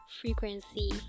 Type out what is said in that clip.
frequency